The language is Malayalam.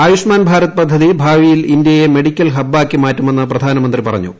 ആയുഷ്മാൻ ഭാരത് പദ്ധതി ഭാവിയിൽ ഇന്ത്യയെ മെഡിക്കൽ ഹബ്ബാക്കി മാറ്റുമെന്ന് പ്രധാനമന്ത്രി പറഞ്ഞു